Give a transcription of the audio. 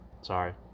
Sorry